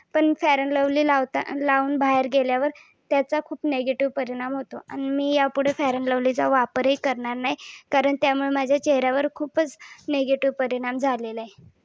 पण fair and lovely लावता लावून बाहेर गेल्यावर त्याचा खूप नेगेटिव्ह परिणाम होतो आणि मी यापुढे फेअर अँड लव्हलीचा वापरही करणार नाही कारण त्यामुळे माझ्या चेहऱ्यावर खूपच निगेटिव्ह परिणाम झालेला आहे